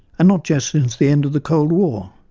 and not just since the end of the cold war,